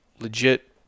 legit